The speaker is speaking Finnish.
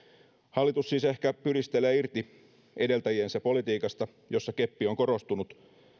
hallitus siis ehkä pyristelee irti edeltäjiensä politiikasta jossa keppi on korostunut